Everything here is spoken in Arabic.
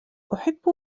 أحب